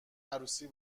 عروسی